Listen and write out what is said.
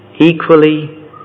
equally